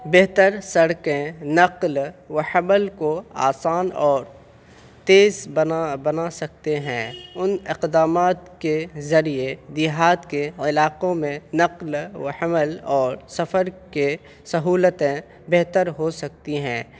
بہتر سڑکیں و نقل و حمل کو آسان اور تیز بنا بنا سکتے ہیں ان اقدامات کے ذریعے دیہات کے علاقوں میں نقل و حمل اور سفر کے سہولتیں بہتر ہو سکتی ہیں